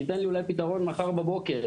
שייתן לי אולי פתרון מחר בבוקר,